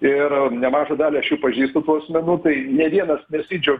ir nemažą dalį aš jų pažįstu tų asmenų tai nė vienas nesidžiaugia